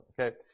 okay